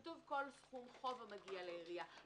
כתוב: "כל סכום חוב המגיע לעירייה",